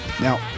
Now